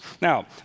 Now